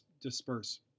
disperse